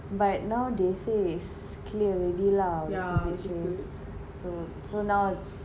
but now they say it's clear already lah the COVID issues so so now